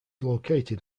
located